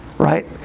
Right